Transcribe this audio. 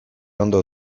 ondo